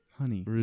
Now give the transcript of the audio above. Honey